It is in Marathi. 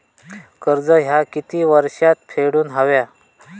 कर्ज ह्या किती वर्षात फेडून हव्या?